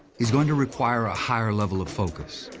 he's going to require a higher level of focus.